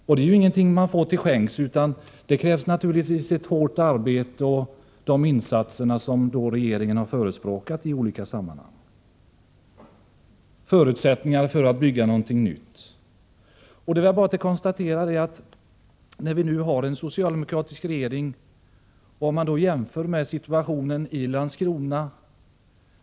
Detta är ingenting som man får till skänks, utan det krävs naturligtvis hårt arbete och sådana insatser som regeringen har förespråkat i olika sammanhang, samt förutsättningar för att bygga någonting nytt. När vi nu har en socialdemokratisk regering kan vi jämföra situationen i Uddevalla med den tidigare situationen i Landskrona.